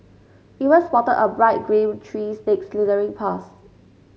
even spotted a bright green tree snake slithering past